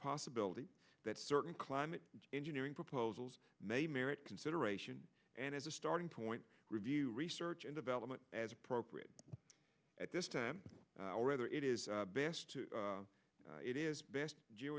possibility that certain climate engineering proposals may merit consideration and as a starting point review research and development as appropriate at this time or whether it is best it is best